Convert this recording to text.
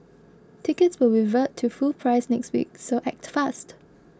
tickets will revert to full price next week so act fast